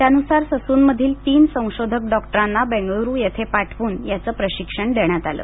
त्यानुसार ससूनमधील तीन संशोधक डॉक्टरांना बंगळरू येथे पाठवून याचे प्रशिक्षण देण्यात आले